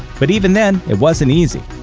but even then it wasn't easy.